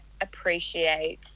appreciate